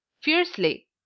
Fiercely